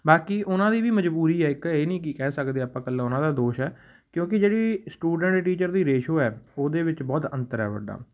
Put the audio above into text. ਬਾਕੀ ਉਹਨਾਂ ਦੀ ਵੀ ਮਜ਼ਬੂਰੀ ਹੈ ਇੱਕ ਇਹ ਨਹੀਂ ਕਿ ਕਹਿ ਸਕਦੇ ਆਪਾਂ ਇਕੱਲਾ ਉਹਨਾਂ ਦਾ ਦੋਸ਼ ਹੈ ਕਿਉਂਕਿ ਜਿਹੜੀ ਸਟੂਡੈਂਟ ਟੀਚਰ ਦੀ ਰੇਸ਼ੋ ਹੈ ਉਹਦੇ ਵਿੱਚ ਬਹੁਤ ਅੰਤਰ ਹੈ ਵੱਡਾ